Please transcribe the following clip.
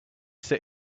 sit